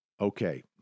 okay